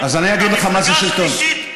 מדינה שלישית,